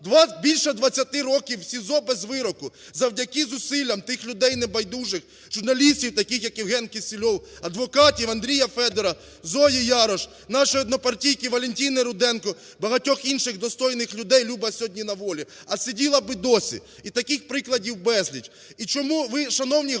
більше 20 років в СІЗО без вироку. Завдяки зусиллям тих людей небайдужих, журналістів, таких як Євген Кисельов, адвокатів Андрія Федура, Зої Ярош, нашої однопартійки Валентини Руденко, багатьох інших достойних людей, Люба сьогодні на волі, а сиділа би досі. І таких прикладів безліч.